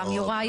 גם יוראי.